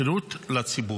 שירות לציבור.